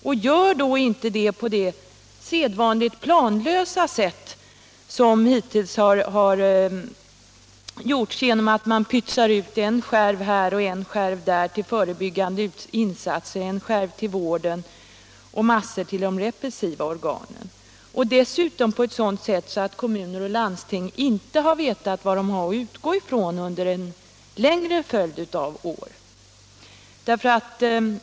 Och gör då inte det genom att på det sedvanliga planlösa sättet pytsa ut en skärv här och en där — en skärv till de förebyggande insatserna, en skärv till vården och massor till de repressiva organen — så att kommuner och landsting inte vet vad de har att utgå ifrån under en längre följd av år!